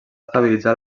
estabilitzar